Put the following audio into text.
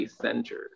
centered